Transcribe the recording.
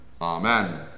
Amen